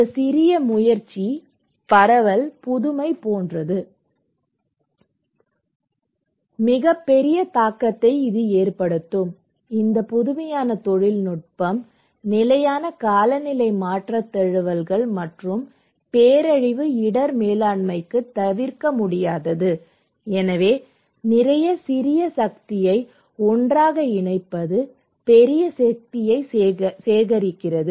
இந்த சிறிய முயற்சி பரவல் புதுமை போன்றது போன்ற மிகப் பெரிய தாக்கத்தை ஏற்படுத்தும் இந்த புதுமையான தொழில்நுட்பம் நிலையான காலநிலை மாற்ற தழுவல்கள் மற்றும் பேரழிவு இடர் மேலாண்மைக்கு தவிர்க்க முடியாதது எனவே நிறைய சிறிய சக்தியை ஒன்றாக இணைப்பது பெரிய சக்தியை சேர்க்கிறது